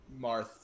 Marth